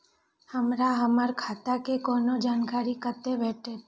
हमरा हमर खाता के कोनो जानकारी कतै भेटतै?